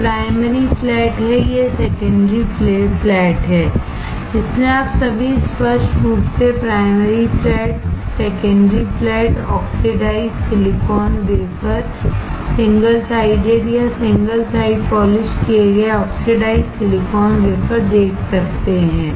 यह primary flat है यह सेकेंडरी फ्लैट है इसलिए आप सभी स्पष्ट रूप से primary flat secondary flat oxidised silicon wafer single sided या सिंगल साइडपॉलिश किए गए ऑक्सीडाइज्ड सिलिकॉन वेफर देख सकते हैं